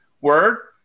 Word